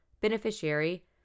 beneficiary